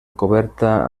coberta